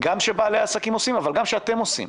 גם שבעלי העסקים עושים אבל גם שאתם עושים.